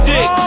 Dick